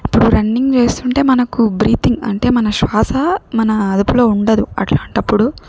అప్పుడు రన్నింగ్ చేస్తుంటే మనకు బ్రీతింగ్ అంటే మన శ్వాస మన అదుపులో ఉండదు అట్లాంటప్పుడు